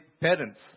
parents